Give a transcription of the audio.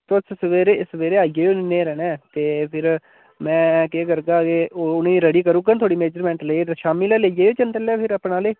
तुस सवेरे सवेरे आई जाएओ न्हेरे ने ते फिर में केह् करगा के ओह् उनेंगी रेडी करूड़ गा थुआढ़ी मेज़रमेंट लेइयै ते शामी लै लेई जाएओ फ्ही जन्दे बेल्लै अपने आह्ले